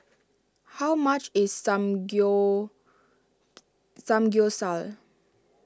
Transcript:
how much is Samgyeopsal